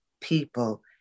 people